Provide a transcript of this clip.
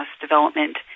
development